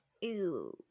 Ew